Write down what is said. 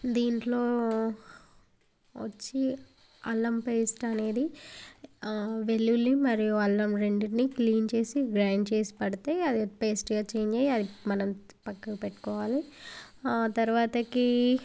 దీనిలో వచ్చి అల్లం పేస్ట్ అనేది వెల్లుల్లి మరియు అల్లం రెండింటినీ క్లీన్ చేసి గ్రైండ్ చేసి పెడితే అది పేస్ట్గా చేంజ్ అయ్యి అది మనం పక్కకి పెట్టుకోవాలి ఆ తరవాత